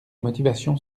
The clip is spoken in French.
motivation